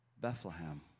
Bethlehem